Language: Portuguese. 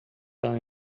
tão